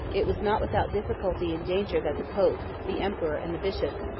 it was not without difficulty and danger that the pope, the emperor, and the bishops,